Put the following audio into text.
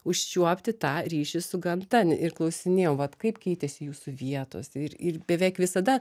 užčiuopti tą ryšį su gamta ir klausinėjau vat kaip keitėsi jūsų vietos ir ir beveik visada